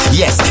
yes